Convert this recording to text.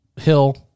Hill